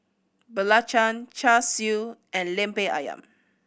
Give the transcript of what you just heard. belacan Char Siu and Lemper Ayam